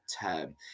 term